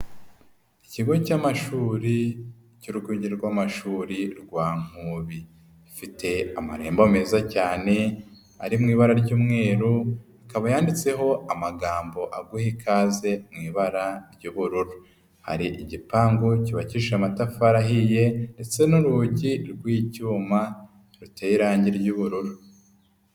Ikigo cy'amashuri cy'urwunge rw'amashuri rwa Nkubi. Gifite amarembo meza cyane, ari mu ibara ry'umweru, ikaba yanditseho amagambo aguha ikaze mu ibara ry'ubururu. Hari igipangu cyubakishije amatafari ahiye ndetse n'urugi rw'icyuma ruteye irangi ry'ubururu.